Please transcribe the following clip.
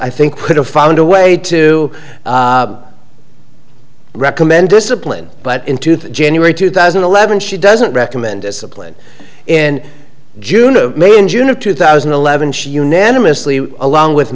i think could have found a way to recommend discipline but into the january two thousand and eleven she doesn't recommend discipline in june of may in june of two thousand and eleven she unanimously along with